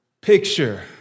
picture